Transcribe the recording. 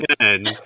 ten